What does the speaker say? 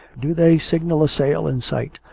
do they signal a sail in sight?